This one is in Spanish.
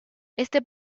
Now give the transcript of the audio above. este